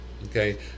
Okay